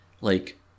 like-